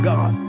God